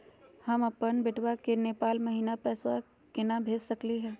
हम अपन बेटवा के नेपाल महिना पैसवा केना भेज सकली हे?